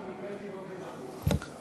רק נקראתי באופן דחוף,